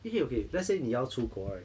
第一 okay let's say 你要出国 right